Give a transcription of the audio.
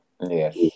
yes